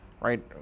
right